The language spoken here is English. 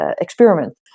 experiment